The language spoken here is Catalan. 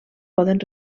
poden